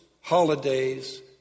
holidays